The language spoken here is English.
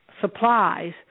supplies